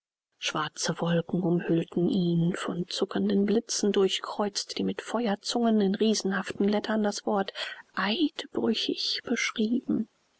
schwarze wolken umhüllten ihn von zuckenden blitzen durchkreuzt die mit feuerzügen in riesenhaften lettern das wort eidbrüchig beschrieben